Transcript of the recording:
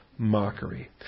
mockery